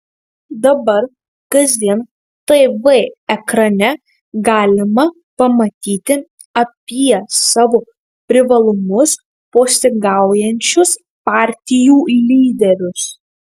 dabar kasdien tv ekrane galima pamatyti apie savo privalumus postringaujančius partijų lyderius